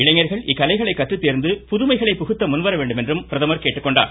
இளைஞர்கள் இக்கலைகளை கற்றுத் தேர்ந்து புதுமைகளை புகுத்த முன்வர வேண்டும் என்றும் அவர் கேட்டுக்கொண்டார்